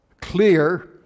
clear